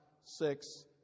six